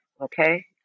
Okay